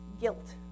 Guilt